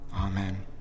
Amen